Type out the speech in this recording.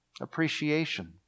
Appreciation